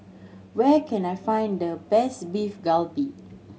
where can I find the best Beef Galbi